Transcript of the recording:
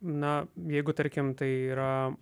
na jeigu tarkim tai yra